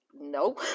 no